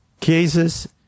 cases